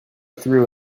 through